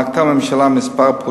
נקטה הממשלה פעולות מספר,